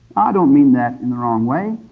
i don't mean that in the wrong way.